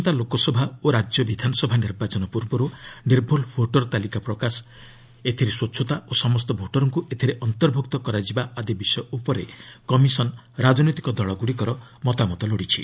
ଆସନ୍ତା ଲୋକସଭା ଓ ରାଜ୍ୟ ବିଧାନସଭା ନିର୍ବାଚନ ପୂର୍ବରୁ ନିର୍ଭୁଲ୍ ଭୋଟର ତାଲିକା ପ୍ରକାଶ ଏଥିରେ ସ୍ୱଚ୍ଚତା ଓ ସମସ୍ତ ଭୋଟର୍କୁ ଏଥିରେ ଅନ୍ତର୍ଭୁକ୍ତ କରାଯିବା ଆଦି ବିଷୟ ଉପରେ କମିଶନ୍ ରାଜନୈତିକ ଦଳଗୁଡ଼ିକର ମତାମତ ଲୋଡ଼ିଛି